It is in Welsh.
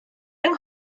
yng